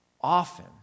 often